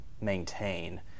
maintain